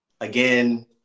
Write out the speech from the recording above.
Again